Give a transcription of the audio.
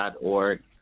.org